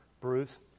Bruce